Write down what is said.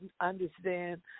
understand